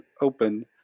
open